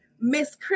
Miss